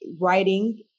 writing